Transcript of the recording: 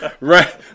right